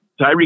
Tyreek